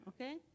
Okay